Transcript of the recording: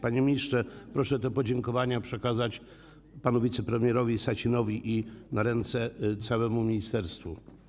Panie ministrze, proszę te podziękowania przekazać panu wicepremierowi Sasinowi i całemu ministerstwu.